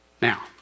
Now